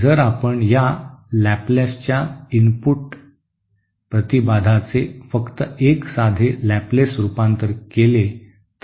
जर आपण या लॅपलेसच्या इनपुट प्रतिबाधाचे फक्त एक साधे लॅपलेस रूपांतरित केले